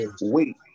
wait